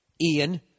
Ian